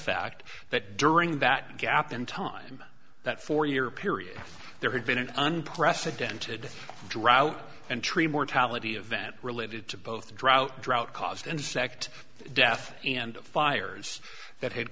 fact that during that gap in time that four year period there had been an unprecedented drought and tree mortality event related to both the drought drought caused insect death and fires that had